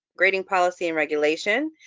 grading policy and regulation,